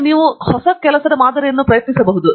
ಈಗ ನೀವು ಕೆಲವು ಹೊಸ ಮಾದರಿಯನ್ನು ಪ್ರಯತ್ನಿಸಬಹುದು